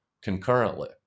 concurrently